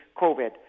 COVID